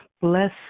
Bless